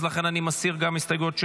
אז לכן אני מסיר גם את ההסתייגויות שלהם.